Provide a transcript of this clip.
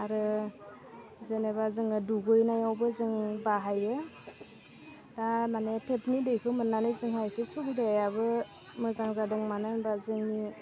आरो जेनेबा जोङो दुगैनायावबो जों बाहायो दा माने टेपनि दैखौ मोन्नानै जोंहा इसे सुबिदायाबो मोजां जादों मानो होनबा जोंनि